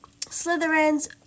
Slytherins